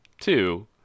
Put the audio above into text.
two